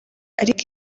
ariko